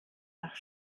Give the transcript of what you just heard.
nach